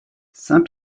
saint